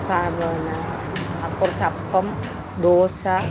സാ പിന്നെ കുറച്ചപ്പം ദോശ